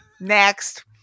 Next